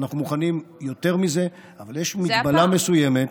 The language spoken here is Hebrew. אנחנו מוכנים יותר מזה, אבל יש מגבלה מסוימת.